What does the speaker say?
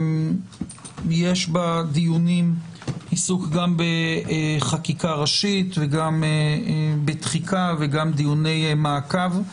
יש בדיונים עיסוק גם בחקיקה ראשית וגם בתחיקה וגם דיוני מעקב.